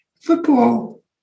football